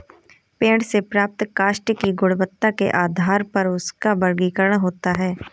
पेड़ से प्राप्त काष्ठ की गुणवत्ता के आधार पर उसका वर्गीकरण होता है